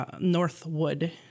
Northwood